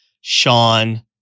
Sean